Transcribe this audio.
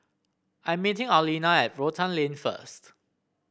I'm meeting Arlena at Rotan Lane first